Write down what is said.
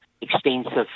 extensive